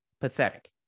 Pathetic